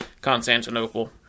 constantinople